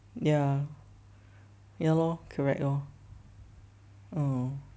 ya ya lor correct lor oh